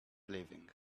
leaving